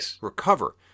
recover